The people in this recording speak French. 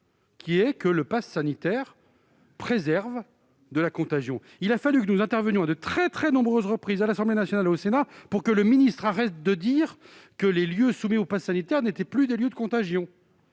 un mythe : le passe sanitaire préserverait de la contagion. Il nous aura fallu intervenir à de très nombreuses reprises, tant à l'Assemblée nationale qu'au Sénat, pour que le ministre cesse de dire que les lieux soumis au passe sanitaire n'étaient pas des lieux de contagion.